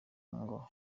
ngo